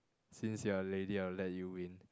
since you're a lady I'll let you win